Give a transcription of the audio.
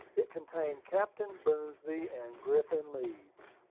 it contained captain boomsby and griffin leeds.